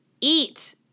eat